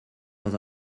dans